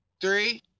Three